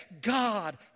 God